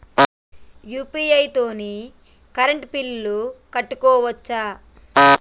UPI తోని current bill కట్టుకోవచ్ఛా?